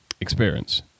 experience